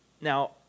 Now